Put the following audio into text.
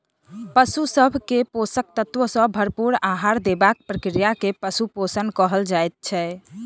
पशु सभ के पोषक तत्व सॅ भरपूर आहार देबाक प्रक्रिया के पशु पोषण कहल जाइत छै